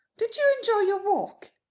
did you enjoy your walk?